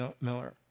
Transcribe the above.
Miller